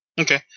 Okay